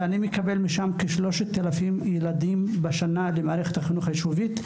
ואני מקבל משם כ-3,000 ילדים בשנה למערכת החינוך היישובית,